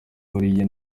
buriya